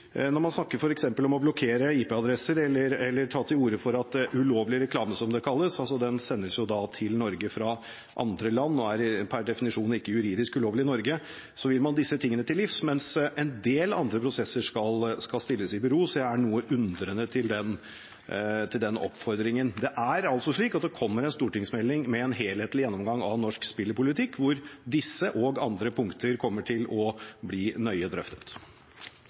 når man snakker f.eks. om å blokkere IP-adresser eller ta til orde for å hindre ulovlig reklame, som det kalles – den sendes jo da til Norge fra andre land og er per definisjon ikke juridisk ulovlig i Norge – vil man disse tingene til livs, mens en del andre prosesser skal stilles i bero. Så jeg er noe undrende til den oppfordringen. Det er altså slik at det kommer en stortingsmelding med en helhetlig gjennomgang av norsk spillpolitikk, hvor disse og andre punkter kommer til å bli nøye drøftet.